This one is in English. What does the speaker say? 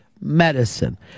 medicine